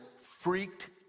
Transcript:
freaked